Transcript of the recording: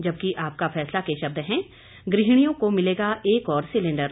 जबकि आपका फैसला के शब्द हैं गृहिणियों को मिलेगा एक और सिलेंडर